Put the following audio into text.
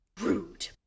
rude